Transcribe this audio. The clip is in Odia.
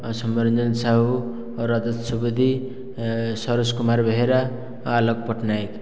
ସୋମ୍ୟରଞ୍ଜନ ସାହୁ ରଜତ ସୁବୁଦ୍ଧି ସରୋଜ କୁମାର ବେହେରା ଆଲୋକ ପଟ୍ଟନାୟକ